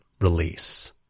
release